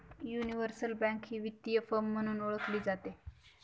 universal bank ही वित्तीय firm म्हणूनही ओळखली जाते